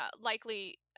likely